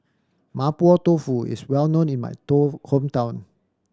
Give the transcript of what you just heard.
Mapo Tofu is well known in my hometown